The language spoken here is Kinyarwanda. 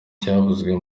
cyavuzwe